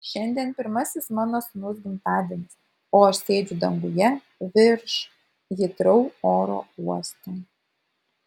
šiandien pirmasis mano sūnaus gimtadienis o aš sėdžiu danguje virš hitrou oro uosto